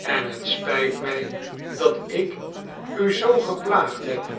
en het spijt mij dat ik u zoo geplaagd heb